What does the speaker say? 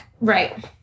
Right